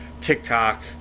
TikTok